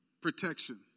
Protection